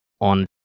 on